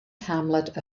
hamlet